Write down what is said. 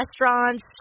restaurants